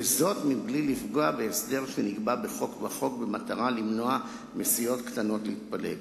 וזאת מבלי לפגוע בהסדר שנקבע בחוק במטרה למנוע מסיעות קטנות להתפלג.